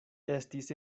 estis